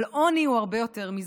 אבל עוני הוא הרבה יותר מזה,